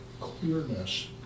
clearness